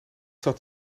dat